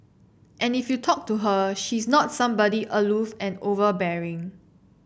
and if you talk to her she's not somebody aloof and overbearing